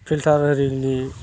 filter ओरैनि